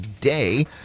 day